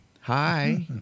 hi